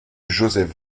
joseph